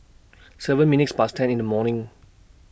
seven minutes Past ten in The morning